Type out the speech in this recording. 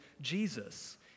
Jesus